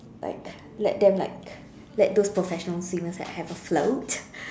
like let them like let those professional swimmers like have a float